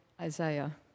Isaiah